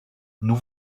nous